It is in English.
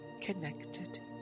connected